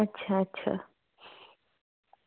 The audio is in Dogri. अच्छा अच्छा